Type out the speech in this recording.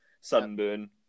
sunburn